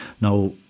now